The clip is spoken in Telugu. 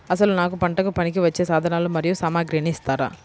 అసలు నాకు పంటకు పనికివచ్చే సాధనాలు మరియు సామగ్రిని ఇస్తారా?